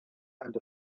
and